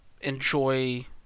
enjoy